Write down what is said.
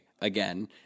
again